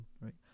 right